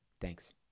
Thanks